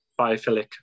biophilic